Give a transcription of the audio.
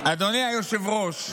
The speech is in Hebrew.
היושב-ראש.